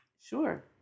Sure